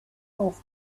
off